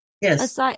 Yes